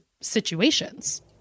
situations